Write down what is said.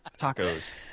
tacos